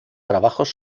trabajos